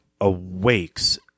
awakes